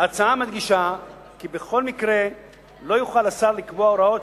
ההצעה מדגישה כי בכל מקרה לא יוכל השר לקבוע הוראות